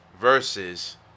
versus